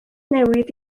newid